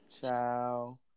Ciao